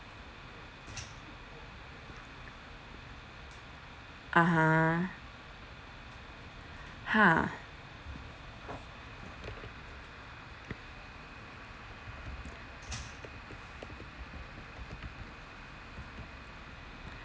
ah ha ha